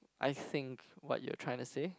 I think what you're trying to say